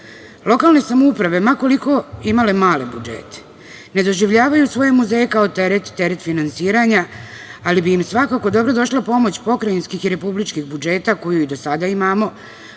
nas. Lokalne samouprave, ma koliko imale male budžete, ne doživljavaju svoje muzeje kao teret, teret finansiranja, ali bi im svakako dobrodošla pomoć pokrajinskih i republičkih budžeta, koju i do sada imamo,